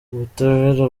ubutabera